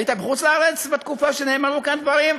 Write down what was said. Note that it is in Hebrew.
היית בחוץ לארץ בתקופה שנאמרו כאן דברים?